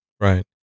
right